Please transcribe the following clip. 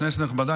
כנסת נכבדה,